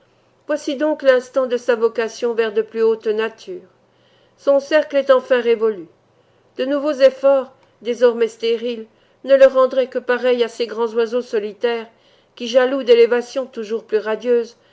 voici donc l'instant de sa vocation vers de plus hautes natures son cercle est enfin révolu de nouveaux efforts désormais stériles ne le rendraient que pareil à ces grands oiseaux solitaires qui jaloux d'élévations toujours plus radieuses